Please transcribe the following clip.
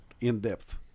in-depth